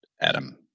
Adam